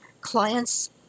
clients